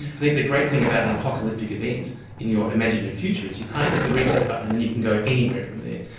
i think the great thing about an apocalyptic event in your imaginative future is you kind of hit the reset button and then you can go anywhere from there.